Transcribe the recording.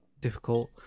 difficult